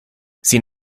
sin